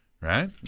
Right